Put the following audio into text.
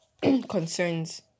concerns